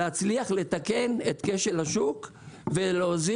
להצליח לתקן את כשל השוק ולהוזיל